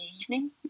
evening